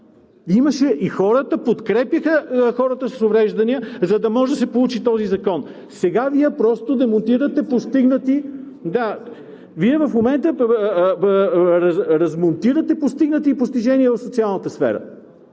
Имаше! И хората подкрепяха хората с увреждания, за да може да се получи този закон. Сега Вие просто демонтирате постигнати… Вие в момента размонтирате постигнати постижения в социалната сфера!